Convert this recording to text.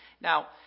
Now